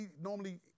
Normally